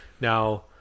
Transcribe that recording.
now